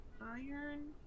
iron